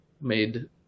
made